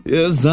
Yes